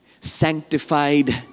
sanctified